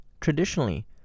Traditionally